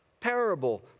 Parable